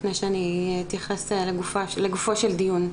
לפני שאני אתייחס לגופו של דיון.